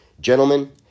Gentlemen